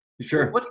Sure